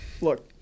look